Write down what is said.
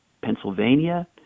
Pennsylvania